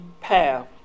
path